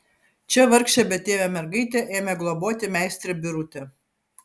čia vargšę betėvę mergaitę ėmė globoti meistrė birutė